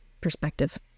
perspective